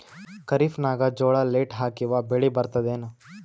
ಖರೀಫ್ ನಾಗ ಜೋಳ ಲೇಟ್ ಹಾಕಿವ ಬೆಳೆ ಬರತದ ಏನು?